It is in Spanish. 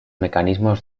mecanismos